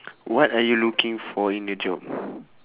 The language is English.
what are you looking for in a job